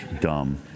dumb